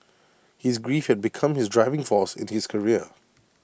his grief had become his driving force in his career